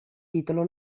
titolo